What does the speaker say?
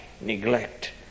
neglect